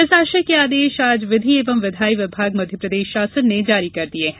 इस आशय के आदेश आज विधि एवं विधायी विभाग मध्यप्रदेश शासन ने जारी कर दिये हैं